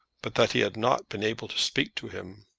but that he had not been able to speak to him.